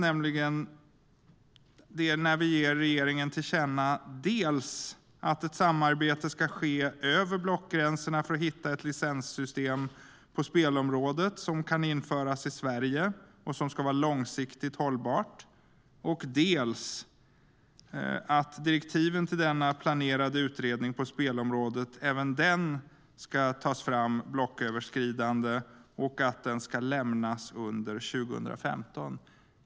Det är när vi ger regeringen till känna dels att ett samarbete ska ske över blockgränserna för att hitta ett licenssystem på spelområdet som kan införas i Sverige och som ska vara långsiktigt hållbart, dels att även direktiven till denna planerade utredning på spelområdet ska tas fram blocköverskridande och att de ska lämnas under 2015.